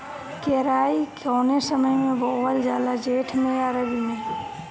केराई कौने समय बोअल जाला जेठ मैं आ रबी में?